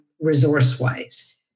resource-wise